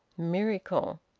miracle!